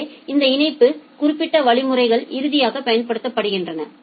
எனவே இந்த இணைப்பு குறிப்பிட்ட வழிமுறைகள் இறுதியாகப் பயன்படுத்தப்படுகின்றன